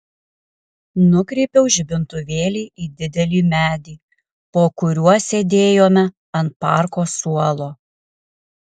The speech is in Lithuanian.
nukreipiau žibintuvėlį į didelį medį po kuriuo sėdėjome ant parko suolo